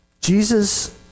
Jesus